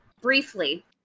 briefly